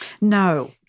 No